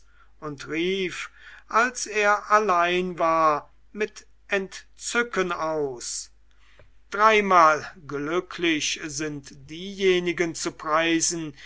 und rief als er allein war mit entzücken aus dreimal glücklich sind diejenigen zu preisen